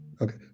okay